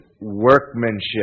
workmanship